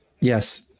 Yes